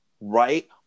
right